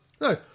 no